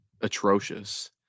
atrocious